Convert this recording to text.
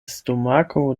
stomako